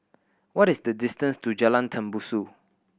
what is the distance to Jalan Tembusu